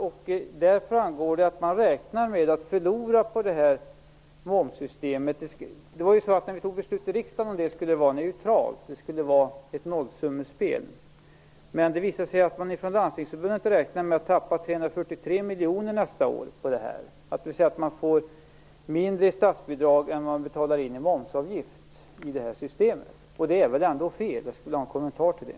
Av den framgår det att man räknar med att förlora på det här momssystemet. När vi fattade beslut i riksdagen om det skulle det vara neutralt. Det skulle vara ett nollsummespel. Men det visar sig att man i Landstingsförbundet räknar med att tappa 343 miljoner nästa år på det här. Man får alltså mindre i statsbidrag än vad man betalar in i momsavgift i det här systemet. Det är väl ändå fel? Jag skulle vilja ha en kommentar till det.